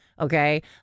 Okay